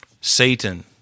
Satan